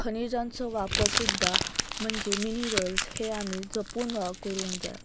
खनिजांचो वापर सुद्दां म्हणजे मिनिरल्स हे आमी जपून वा करूंक जाया